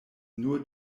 nur